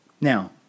Now